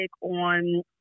on